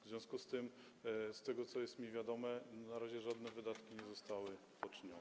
W związku z tym, z tego, co jest mi wiadome, na razie żadne wydatki nie zostały poczynione.